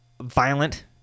violent